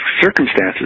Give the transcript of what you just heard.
circumstances